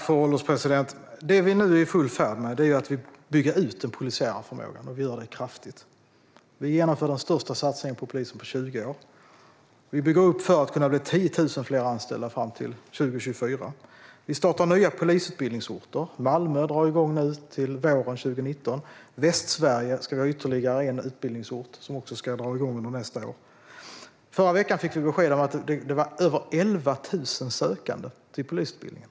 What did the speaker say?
Fru ålderspresident! Vi är i full färd med att bygga ut den polisiära förmågan och det kraftigt. Vi genomför den största satsningen på polisen på 20 år, och det ska bli 10 000 fler anställda fram till 2024. Vi startar nya polisutbildningsorter; Malmö drar igång våren 2019, och Västsverige ska få en utbildningsort som också ska dra igång under nästa år. I förra veckan fick vi besked om att det är över 11 000 sökande till polisutbildningen.